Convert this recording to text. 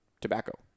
tobacco